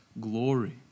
glory